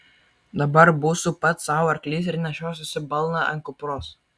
dabar būsiu pats sau arklys ir nešiosiuosi balną ant kupros